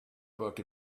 book